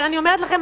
אבל אני אומרת לכם,